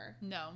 No